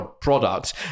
products